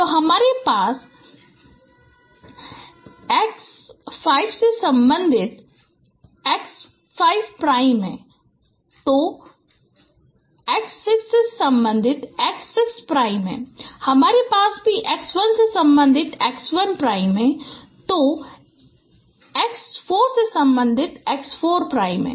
तो हमारे पास x 5 से संबंधित x 5 प्राइम है तो x 6 से संबंधित x 6 प्राइम है हमारे पास भी x 1 से संबंधित x 1 प्राइम है तो x 4 से संबंधित x 4 प्राइम है